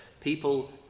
people